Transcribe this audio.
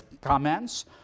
comments